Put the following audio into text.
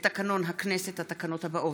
לתקנון הכנסת, התקנות האלה: